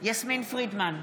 יסמין פרידמן,